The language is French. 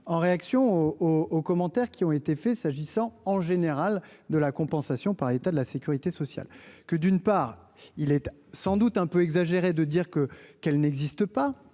en réaction au au commentaires qui ont été faits, s'agissant en général de la compensation par l'état de la sécurité sociale que d'une part, il était sans doute un peu exagéré de dire que, qu'elle n'existe pas